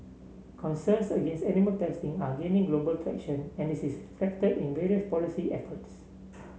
concerns against animal testing are gaining global traction and this is reflected in various policy efforts